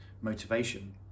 motivation